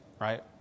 right